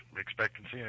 expectancy